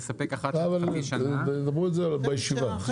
תדברו על זה בישיבה.